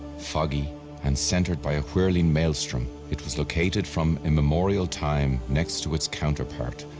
foggy and centered by a whirling maelstrom, it was located from immemorial time next to its counterpart,